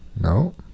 No